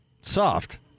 soft